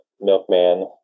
milkman